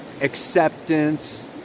Acceptance